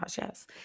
yes